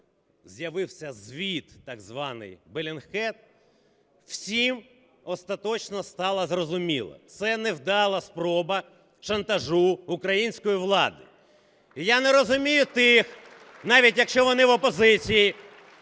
з'явився звіт так званий Bellingcat, всім остаточно стало зрозуміло, це невдала спроба шантажу української влади. І я не розумію тих, навіть якщо вони в опозиції,